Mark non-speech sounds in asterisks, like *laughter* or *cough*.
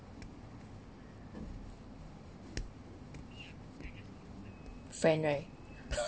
friend right *laughs*